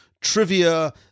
trivia